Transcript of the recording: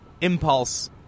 impulse